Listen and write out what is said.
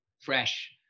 fresh